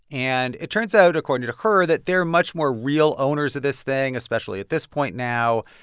and it turns out, according to her, that they're much more real owners of this thing, especially at this point now.